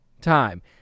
time